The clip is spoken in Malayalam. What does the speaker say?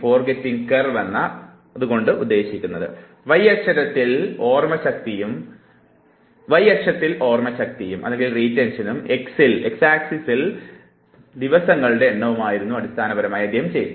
Y അക്ഷത്തിൽ ഓർമ്മശക്തിയും X അക്ഷത്തിൽ ദിവസങ്ങളുടെ എണ്ണവുമായിരുന്നു അടിസ്ഥാനപരമായി അദ്ദേഹം ചെയ്തത്